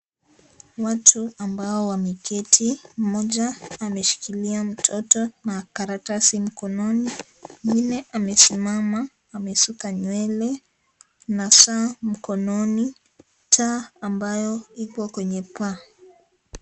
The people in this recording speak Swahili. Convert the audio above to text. Watu ambao wameketi. Mmoja ameshikilia mtoto na karatasi mkononi. Mwingine amesimama, amesuka nyewele na saa mkononi. Taa ambayo iko kwenye paa.